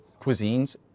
cuisines